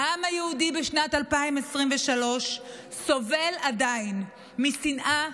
העם היהודי בשנת 2023 עדיין סובל משנאה,